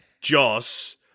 Joss